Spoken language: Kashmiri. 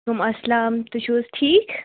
کٔم اسلام تُہۍ چھُ حظ ٹھیٖک